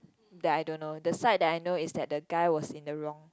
that I don't know the side that I know is that the guy was is in the wrong